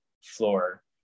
floor